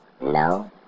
No